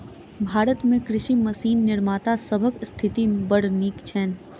भारत मे कृषि मशीन निर्माता सभक स्थिति बड़ नीक छैन